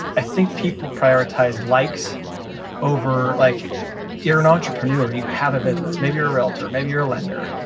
i think people prioritize likes over. like you're an entrepreneur. you have a business, maybe you're a realtor, maybe you're a lender.